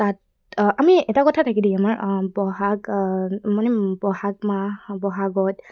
তাত আমি এটা কথা থাকে দে আমাৰ বহাগ মানে বহাগ মাহ বহাগত